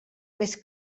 més